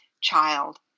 child